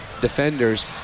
defenders